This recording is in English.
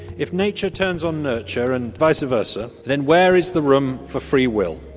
if nature turns on nurture and vice versa, then where is the room for free will?